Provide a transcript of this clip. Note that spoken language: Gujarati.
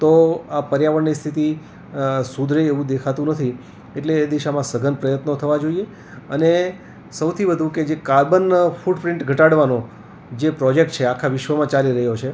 તો આ પર્યાવરણની સ્થિતિ સુધરે એવું દેખાતું નથી એટલે એ દિશામાં સઘન પ્રયત્નો થવા જોઈએ અને સૌથી વધુ કે જે કાર્બન ફૂટપ્રિન્ટ ઘટાડવાનો જે પ્રોજેક્ટ છે આખા વિશ્વમાં ચાલી રહ્યો છે